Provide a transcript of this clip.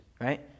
right